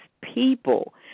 people